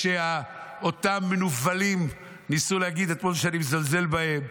לאותם מנוולים שניסו להגיד אתמול שאני מזלזל בהם,